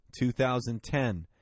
2010